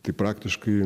tai praktiškai